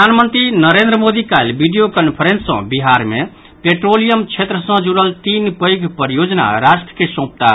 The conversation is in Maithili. प्रधानमंत्री नरेंद्र मोदी काल्हि वीडियो कांफ्रेंस सँ बिहार मे पेट्रोलियम क्षेत्र सँ जुड़ल तीन पैघ परियोजना राष्ट्र के सौंपताह